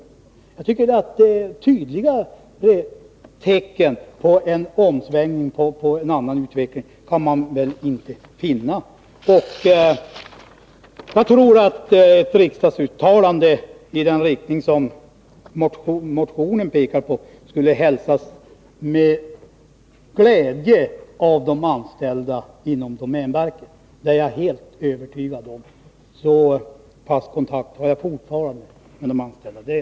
Tydligare tecken på att det är fråga om en omsvängning mot en annan utveckling kan man enligt min mening inte finna. Ett riksdagsuttalande av den innebörd som motionen föreslår skulle hälsas med glädje av de anställda inom domänverket. Det är jag helt övertygad om — så mycket kontakt har jag fortfarande med de anställda där.